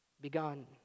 begun